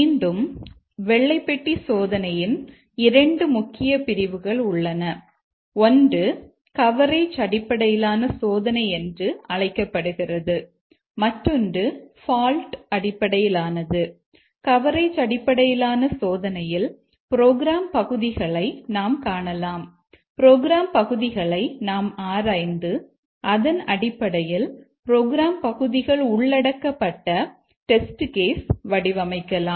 மீண்டும் வெள்ளை பெட்டி சோதனையின் 2 முக்கிய பிரிவுகள் உள்ளன ஒன்று கவரேஜ் அடிப்படையிலான சோதனை என்று அழைக்கப்படுகிறது மற்றொன்று பால்ட் வடிவமைக்கலாம்